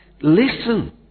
listen